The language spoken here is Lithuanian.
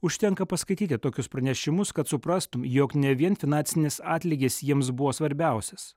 užtenka paskaityti tokius pranešimus kad suprastum jog ne vien finansinis atlygis jiems buvo svarbiausias